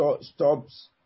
stops